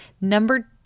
Number